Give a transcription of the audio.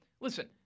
listen